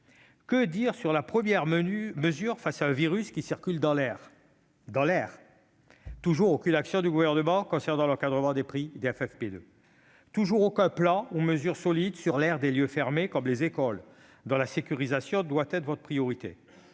Que dire sur la première mesure face à un virus qui circule dans l'air ? Toujours aucune action du Gouvernement concernant l'encadrement des prix des FFP2 ! Toujours aucun plan ou mesures solides sur l'air dans les lieux fermés, comme les écoles, dont la sécurisation doit être votre priorité